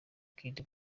kid